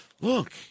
Look